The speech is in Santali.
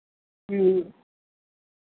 ᱦᱮᱸ